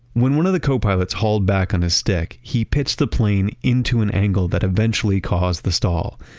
when one of the copilots hauled back on his stick he pitched the plane into an angle that eventually caused the stall.